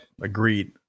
Agreed